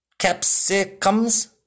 Capsicums